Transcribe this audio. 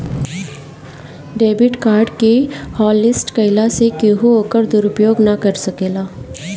debit card के hotlist कईला से केहू ओकर दुरूपयोग ना कर सकेला